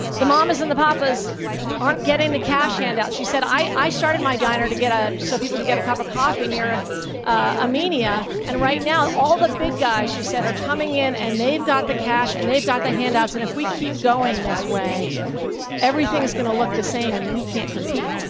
the mamas and the papas aren't getting the cash handout. she said, i i started my diner to get ah so people could get a cup of coffee near amenia, and right now all the big guys, she said, are coming in and they've got the cash and they've got the handouts and if we keep going this way everything is going to look the same and we can't compete.